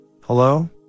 Hello